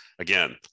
Again